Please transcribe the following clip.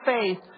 faith